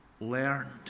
learned